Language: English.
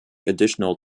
additional